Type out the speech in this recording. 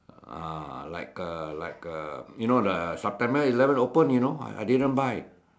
uh like a like a you know the September eleven open you know I didn't buy